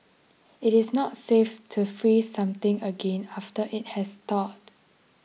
it is not safe to freeze something again after it has thawed